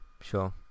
sure